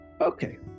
okay